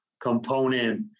component